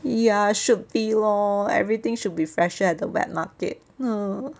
ya should be lor everything should be fresher at the wet market uh